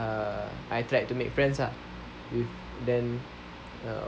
uh I tried to make friends ah then uh